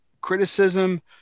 criticism